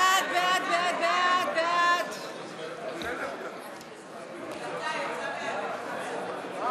של קבוצת סיעת יש עתיד וחברת הכנסת אורלי לוי אבקסיס לסעיף 22 לא